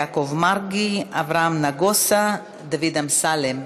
יעקב מרגי, אברהם נגוסה ודוד אמסלם.